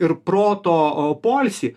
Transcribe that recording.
ir proto poilsį